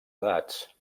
edats